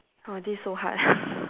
!wah! this is so hard